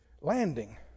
landing